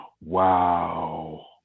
Wow